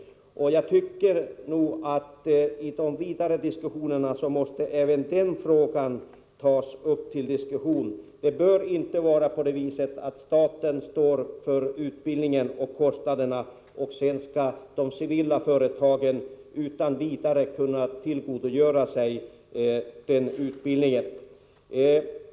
Jag tycker att även denna fråga måste tas upp till diskussion i de fortsatta överläggningarna. Det bör inte vara så, att staten står för utbildningen och kostnaderna för denna och att de civila företagen sedan utan vidare skall kunna tillgodogöra sig denna utbildning.